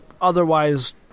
otherwise